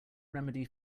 remedy